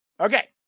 Okay